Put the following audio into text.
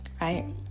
right